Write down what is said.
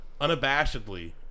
Unabashedly